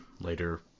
later